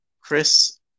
Chris